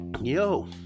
yo